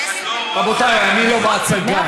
רבותיי, אני לא בהצגה.